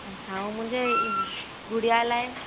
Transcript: अच्छा ऐं मुंहिंजे गुड़िया लाइ